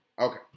okay